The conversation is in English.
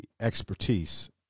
expertise